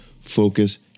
focus